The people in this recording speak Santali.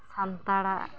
ᱥᱟᱱᱛᱟᱲᱟᱜ